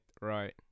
right